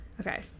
Okay